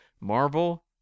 Marvel